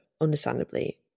understandably